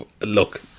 look